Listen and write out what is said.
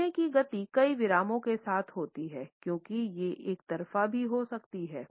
बोलने की गति कई विरामों के साथ होती है क्योंकि ये एकतरफ़ा भी हो सकती हैं